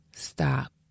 Stop